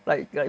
like like